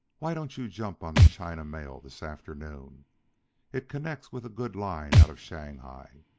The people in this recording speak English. why don't you jump on the china mail this afternoon it connects with a good line out of shanghai.